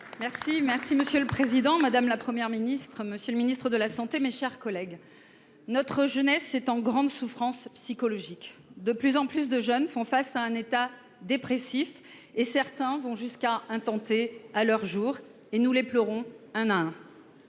Merci, merci monsieur le président, madame, la Première ministre, Monsieur le Ministre de la Santé. Mes chers collègues. Notre jeunesse, c'est en grande souffrance psychologique. De plus en plus de jeunes font face à un état dépressif et certains vont jusqu'à intenter à leurs jours, et nous les pleurons un à.